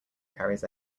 carries